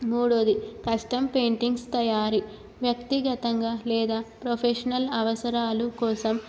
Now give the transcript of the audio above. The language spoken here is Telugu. మూడవది కస్టమ్ పెయింటింగ్స్ తయారీ వ్యక్తిగతంగా లేదా ప్రొఫెషనల్ అవసరాలు కోసం